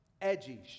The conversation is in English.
edgy